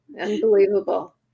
Unbelievable